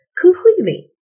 Completely